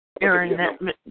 Aaron